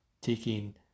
taking